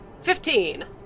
Fifteen